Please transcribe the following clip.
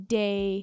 day